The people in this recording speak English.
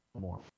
more